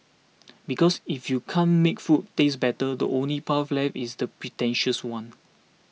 because if you can't make food taste better the only path left is the pretentious one